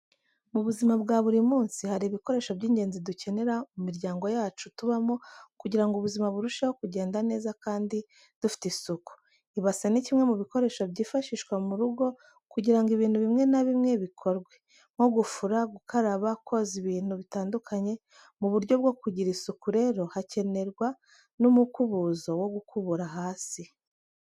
Mu buzima bwa buri munsi hari ibikoresho by'ingenzi dukenera mu miryango yacu tubamo kugira ngo ubuzima burusheho kugenda neza kandi dufite isuku. Ibase ni kimwe mu bikoresho byifashashwa mu rugo kugira ngo ibintu bimwe na bimwe bikorwe, nko gufura, gukara, koza ibintu bitandukanye. Mu buryo bwo kugira isuku rero hakenerwa n'umukubuzo wo gukubura hasi.